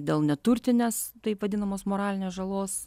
dėl neturtinės taip vadinamos moralinės žalos